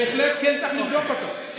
בהחלט צריך לבדוק אותו.